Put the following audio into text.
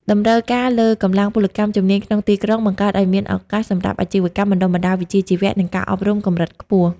តម្រូវការលើកម្លាំងពលកម្មជំនាញក្នុងទីក្រុង បង្កើតឱ្យមានឱកាសសម្រាប់អាជីវកម្មបណ្ដុះបណ្ដាលវិជ្ជាជីវៈ និងការអប់រំកម្រិតខ្ពស់។